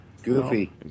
Goofy